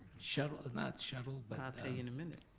shuttle, not shuttle, but i'll tell you in a minute.